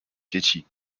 dzieci